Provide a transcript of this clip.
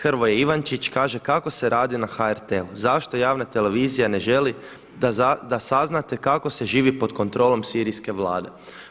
Hrvoje Ivančić kaže kako se radi na HRT-u, zašto javna televizija ne želi da saznate kako se živi pod kontrolom sirijske Vlade.